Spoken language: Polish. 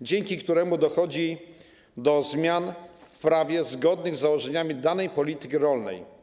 dzięki któremu dochodzi do zmian w prawie zgodnych z założeniami danej polityki rolnej.